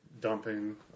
dumping